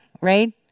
right